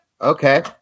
Okay